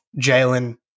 Jalen